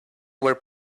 were